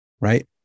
right